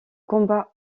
combat